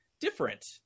different